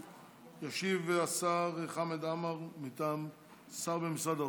ישיב השר חמד עמאר, שר במשרד האוצר.